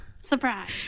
Surprise